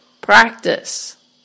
practice